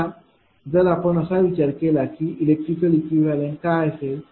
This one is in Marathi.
आता जर आपण असा विचार केला की इलेक्ट्रिकल इक्विवलेंत काय असेल